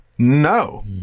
No